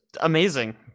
amazing